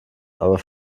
aber